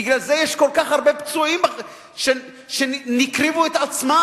בגלל זה יש כל כך הרבה פצועים שהקריבו את עצמם,